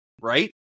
right